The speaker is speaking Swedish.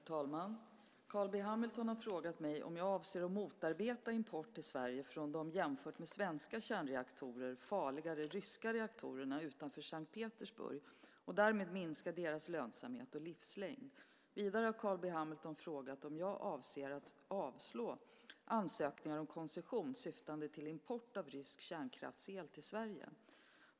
Herr talman! Carl B Hamilton har frågat mig om jag avser att motarbeta import till Sverige från de jämfört med svenska kärnreaktorer farligare ryska reaktorerna utanför Sankt Petersburg och därmed minska deras lönsamhet och livslängd. Vidare har Carl B Hamilton frågat om jag avser att avslå ansökningar om koncession syftande till import av rysk kärnkraftsel till Sverige.